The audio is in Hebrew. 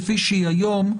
כפי שהיא היום,